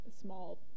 small